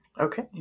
Okay